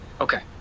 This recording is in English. Okay